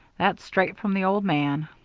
that's straight from the old man.